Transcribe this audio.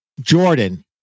Jordan